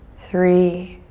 three,